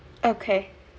okay